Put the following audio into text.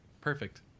Perfect